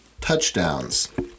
touchdowns